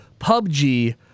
PUBG